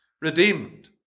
redeemed